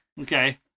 Okay